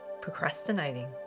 procrastinating